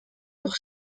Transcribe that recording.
pour